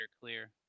clear